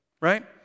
right